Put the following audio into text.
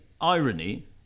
irony